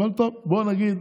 בוא נגיד,